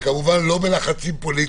וכמובן לא בלחצים פוליטיים,